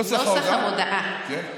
נוסח ההודעה?